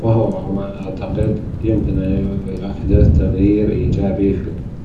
وهو على ما أعتقد يمكن أن يحدث تغيير إيجابي في العلاقة.